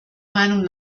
meinung